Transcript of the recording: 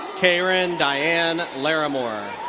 kayren diane larimore.